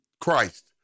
Christ